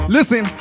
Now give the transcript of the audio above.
Listen